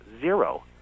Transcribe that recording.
zero